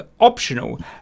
optional